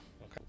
Okay